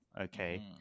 Okay